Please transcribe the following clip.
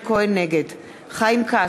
נגד חיים כץ,